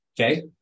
Okay